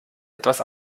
etwas